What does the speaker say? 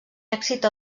èxit